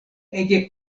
ege